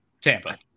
Tampa